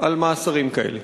על מאסרים כאלה?